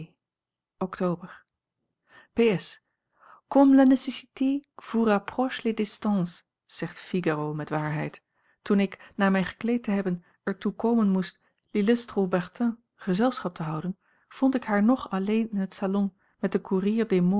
nécessité vous rapproche les distances zegt figaro met waarheid toen ik na mij gekleed te hebben er toe komen moest l'illustre haubertin gezelschap te houden vond ik haar nog alleen in het salon met den courrier des